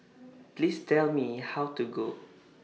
Please Tell Me How to Go